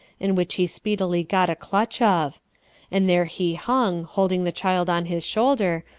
and which he speedily got a clutch of and there he hung, holding the child on his shoulder,